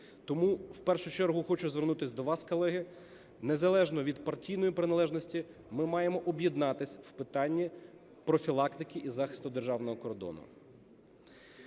Тому в першу чергу хочу звернутись до вас, колеги, незалежно від партійної приналежності ми маємо об'єднатися в питанні профілактики і захисту державного кордону.